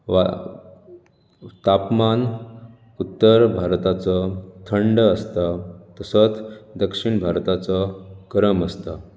वा तापमान उत्तर भारताचो थंड आसता तसोच दक्षिण भारताचो गरम आसता